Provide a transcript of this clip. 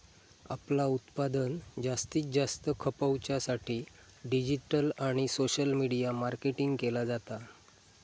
आपला उत्पादन जास्तीत जास्त खपवच्या साठी डिजिटल आणि सोशल मीडिया मार्केटिंग केला जाता